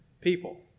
people